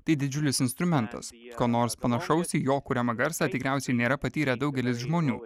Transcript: tai didžiulis instrumentas ko nors panašaus į jo kuriamą garsą tikriausiai nėra patyrę daugelis žmonių